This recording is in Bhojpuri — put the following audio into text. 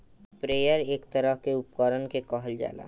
स्प्रेयर एक तरह के उपकरण के कहल जाला